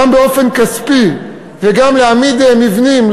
גם באופן כספי וגם להעמיד מבנים,